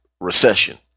recession